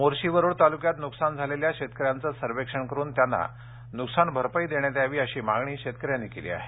मोर्शी वरुड तालुक्यात नुकसान झालेल्या शेतकऱ्यांचे सर्वेक्षण करून त्यांना नुकसान भरपाई देण्यात यावी अशी मागणी शेतकऱ्यांनी केली आहे